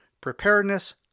preparedness